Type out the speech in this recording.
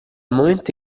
momento